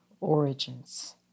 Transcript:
origins